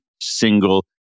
single